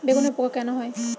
বেগুনে পোকা কেন হয়?